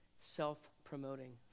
self-promoting